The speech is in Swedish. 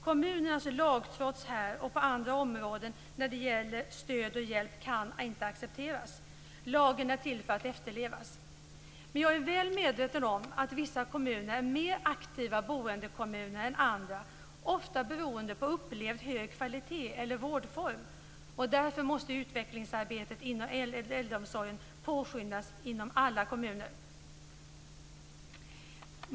Kommunernas lagtrots här och på andra områden som gäller stöd och hjälp kan inte accepteras. Lagen är till för att efterlevas. Jag är väl medveten om att vissa kommuner är mer attraktiva boendekommuner än andra, ofta beroende på upplevd högre kvalitet eller vårdform. Därför måste utvecklingsarbetet inom äldreomsorgen påskyndas inom alla kommuner.